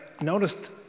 noticed